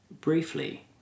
briefly